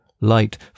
light